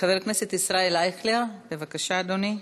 חבר הכנסת ישראל אייכלר, בבקשה, אדוני.